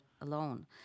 alone